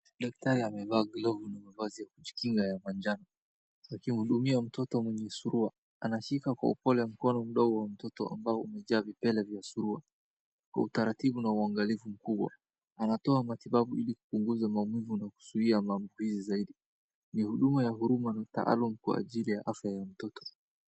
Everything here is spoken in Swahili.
Daktari amevaa glavu na mavazi ya kujikinga ya manjano, akihudumia mtoto mwenye Surua. Anashika kwa upole mkono mdogo wa mtoto ambao umejaa vipele vya Surua. Kwa utaratibu na uangalifu mkubwa, anatoa matibabu ili kupunguza maumivu na kuzuia mambukizi zaidi. Ni huduma ya huruma na taalamu kwa ajili ya afya ya mtoto.